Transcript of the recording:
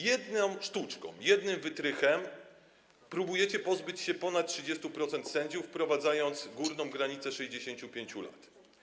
Jedną sztuczką, jednym wytrychem próbujecie pozbyć się ponad 30% sędziów, wprowadzając górną granicę 65 lat.